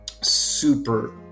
super